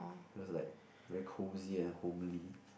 it was like very cosy and homely